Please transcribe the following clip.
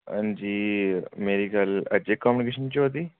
हांजी एह् मेरी गल्ल अजय कम्युनिकेशन च होआ दी